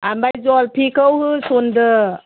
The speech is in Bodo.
ओमफ्राय जलफिखौ होसनदो